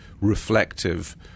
reflective